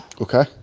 Okay